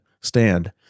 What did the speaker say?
stand